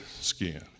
skin